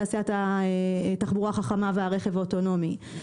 תעשיית התחבורה החכמה והרכב האוטונומי,